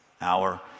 hour